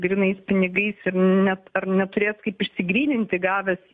grynais pinigais ir net ar neturės kaip išsigryninti gavęs